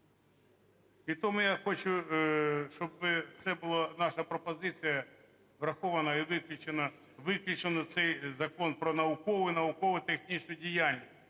І тому я хочу, щоб це була наша пропозиція врахована і виключено цей закон "Про наукову і науково-технічну діяльність".